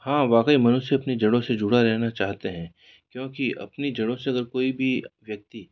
हाँ वाकई मनुष्य अपनी जड़ों से जुड़ा रहना चाहते हैं क्योंकि अपनी जड़ों से अगर कोई भी व्यक्ति